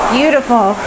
Beautiful